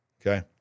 Okay